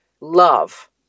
love